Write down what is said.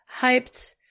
hyped